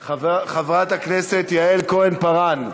נמצא, חברת הכנסת יעל כהן-פארן,